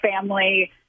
family